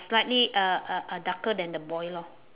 slightly uh uh uh darker than the boy lor